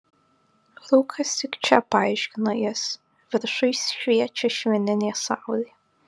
rūkas tik čia paaiškino jis viršuj šviečia švininė saulė